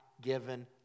given